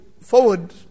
forward